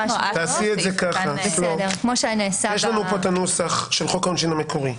יש לנו כאן את הנוסח של חוק העונשין המקורי.